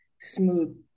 smooth